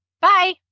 Bye